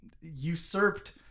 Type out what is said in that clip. usurped